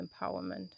empowerment